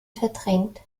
verdrängt